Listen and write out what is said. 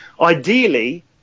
Ideally